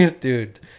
Dude